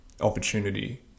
opportunity